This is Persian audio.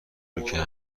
روکه